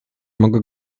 mogę